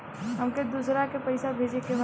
हमके दोसरा के पैसा भेजे के बा?